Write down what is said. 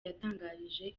yatangarije